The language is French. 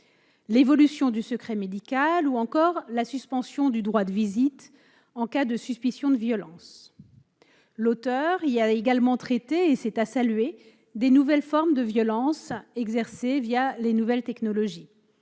l'évolution du secret médical ou encore la suspension du droit de visite en cas de soupçon de violences. L'auteur du texte a également traité- c'est à saluer -des nouvelles formes de violences exercées les nouvelles technologies.